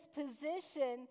position